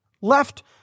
left